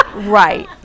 Right